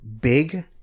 big